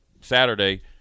Saturday –